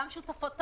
גם שותפות תמר,